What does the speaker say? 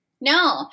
No